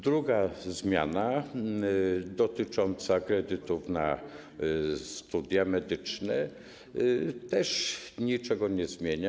Druga zmiana, dotycząca kredytów na studia medyczne, też niczego nie zmienia.